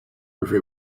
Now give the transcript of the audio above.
every